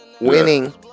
Winning